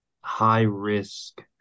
high-risk